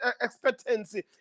expectancy